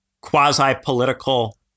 quasi-political